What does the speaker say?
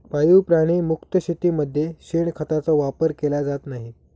पाळीव प्राणी मुक्त शेतीमध्ये शेणखताचा वापर केला जात नाही